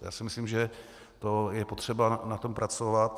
Já si myslím, že je potřeba na tom pracovat.